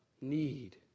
need